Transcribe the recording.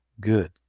Good